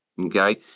Okay